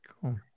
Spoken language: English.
cool